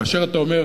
כאשר אתה אומר,